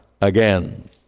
again